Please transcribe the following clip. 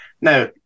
Now